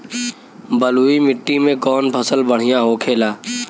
बलुई मिट्टी में कौन फसल बढ़ियां होखे ला?